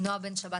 נעה בן שבת,